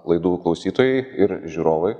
laidų klausytojai ir žiūrovai